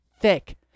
thick